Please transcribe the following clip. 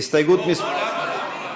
הוא פה, אדוני.